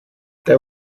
there